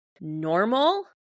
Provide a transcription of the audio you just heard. normal